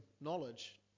knowledge